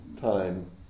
time